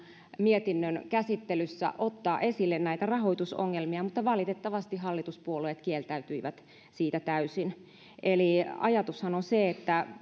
mietinnön käsittelyssä ottaa esille näitä rahoitusongelmia mutta valitettavasti hallituspuolueet kieltäytyivät siitä täysin eli ajatushan on se että